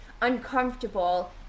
uncomfortable